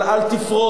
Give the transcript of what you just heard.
אבל אל תפרוץ,